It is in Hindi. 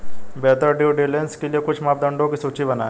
बेहतर ड्यू डिलिजेंस के लिए कुछ मापदंडों की सूची बनाएं?